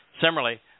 Similarly